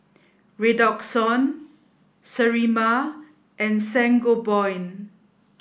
Redoxon Sterimar and Sangobion